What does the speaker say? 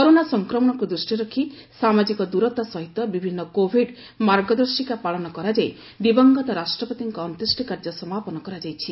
corona ସଂକ୍ରମଣକୁ ଦୃଷ୍ଟିରେ ରଖି ସାମାଜିକ ଦୂରତା ସହିତ ବିଭିନ୍ କୋଭିଡ୍ ମାର୍ଗଦର୍ଶିକା ପାଳନ କରାଯାଇ ଦିବଂଗତ ରାଷ୍ଟ୍ରପତିଙ୍କ ଅନ୍ତ୍ୟେଷ୍ଟ୍ରି କାର୍ଯ୍ୟ ସମାପନ କରାଯାଇଛି